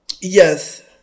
Yes